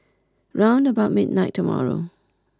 round about midnight tomorrow